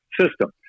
system